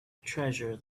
treasure